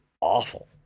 awful